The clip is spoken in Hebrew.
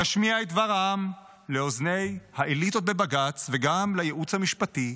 נשמיע את דבר העם לאוזני האליטות בבג"ץ וגם לייעוץ המשפטי,